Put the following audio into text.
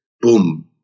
boom